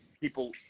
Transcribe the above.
people